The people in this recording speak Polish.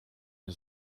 nie